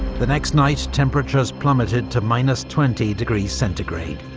the next night temperatures plummeted to minus twenty degrees centigrade.